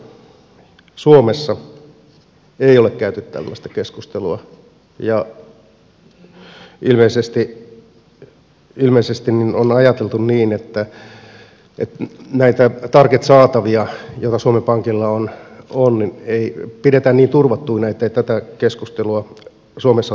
suomessa ei ole käyty tällaista keskustelua ja ilmeisesti on ajateltu niin että näitä target saatavia joita suomen pankilla on pidetään niin turvattuina ettei tätä keskustelua suomessa ole tarvinnut käydä